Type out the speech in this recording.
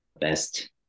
best